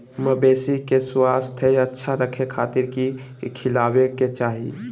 मवेसी के स्वास्थ्य अच्छा रखे खातिर की खिलावे के चाही?